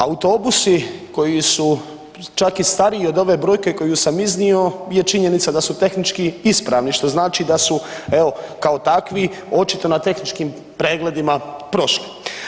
Autobusi koji su čak i stariji od ove brojke koju sam iznio je činjenica da su tehnički ispravni, što znači da su kao takvi, očito na tehničkim pregledima prošli.